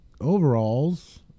overalls